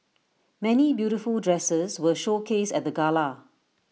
many beautiful dresses were showcased at the gala